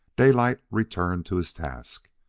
daylight returned to his task.